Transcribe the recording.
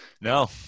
No